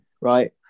Right